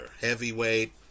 heavyweight